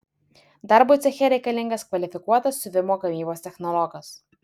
darbui ceche reikalingas kvalifikuotas siuvimo gamybos technologas